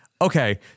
Okay